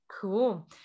Cool